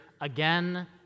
again